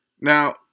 Now